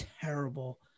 terrible